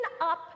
up